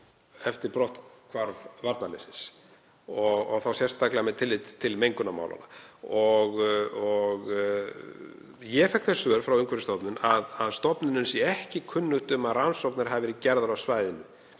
eftir brotthvarf varnarliðsins og þá sérstaklega með tilliti til mengunarmálanna. Ég fékk þau svör frá Umhverfisstofnun að stofnuninni væri ekki kunnugt um að rannsóknir hefðu verið gerðar á svæðinu,